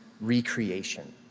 recreation